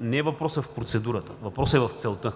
Въпросът не е в процедурата, въпросът е в целта.